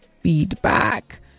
feedback